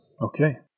Okay